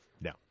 No